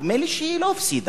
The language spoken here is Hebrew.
נדמה לי שהיא לא הפסידה.